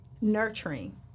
nurturing